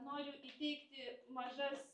noriu įteikti mažas